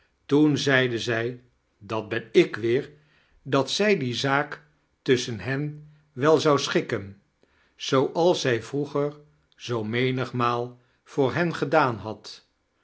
toen zeide zij dat ben ik weer dat zij die zaak tusschen hen wel zou schikken zooals zij vroeger zoo menigmaal voor hen gedaan had